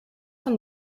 van